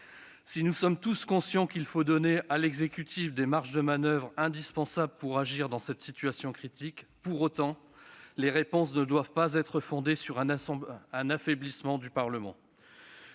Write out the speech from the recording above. Nous sommes tous conscients qu'il faut donner à l'exécutif les marges de manoeuvre dont il a besoin pour agir dans cette situation critique. Pour autant, ces réponses ne doivent pas avoir pour postulat l'affaiblissement du Parlement.